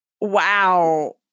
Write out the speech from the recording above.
Wow